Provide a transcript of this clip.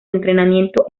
entrenamiento